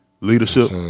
leadership